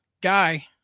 guy